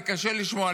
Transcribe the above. זה קשה לשמוע,